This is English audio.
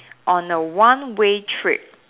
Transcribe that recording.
on a one way trip